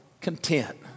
content